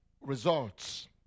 Results